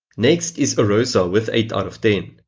next is arrosa with eight sort of ten.